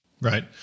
Right